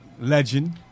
Legend